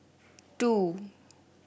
two